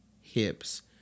hips